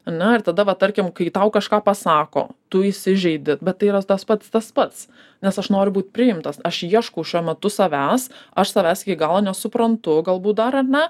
ane ir tada va tarkim kai tau kažką pasako tu įsižeidi bet tai yra tas pats tas pats nes aš noriu būt priimtas aš ieškau šiuo metu savęs aš savęs iki galo nesuprantu galbūt dar ar ne